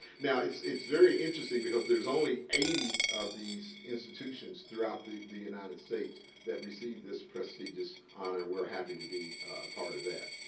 now, it's it's very interesting, because there's only eighty of these institutions throughout the the united states that receive this prestigious honor. we're happy to be a part of that.